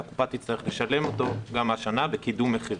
שהקופה תצטרך לשלם אותו גם השנה בקידום מחירים.